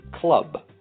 club